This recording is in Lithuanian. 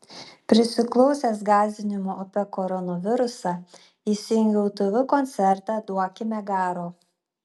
prisiklausęs gąsdinimų apie koronavirusą įsijungiau tv koncertą duokime garo